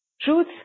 Truth